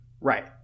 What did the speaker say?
Right